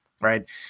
right